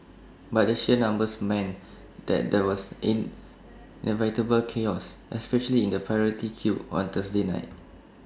but the sheer numbers meant that there was inevitable chaos especially in the priority queue on Thursday night